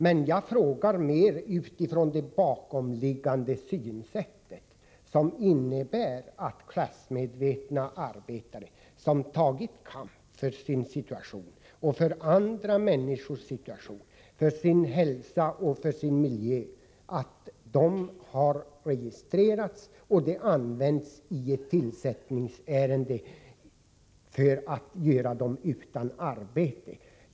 Min fråga gäller mer det bakomliggande synsättet, att klassmedvetna arbetare som tagit kamp för sin situation och för andra människors situation, för sin hälsa och sin miljö, har registrerats och att uppgifterna används i tillsättningsärenden för att göra dem utan arbete.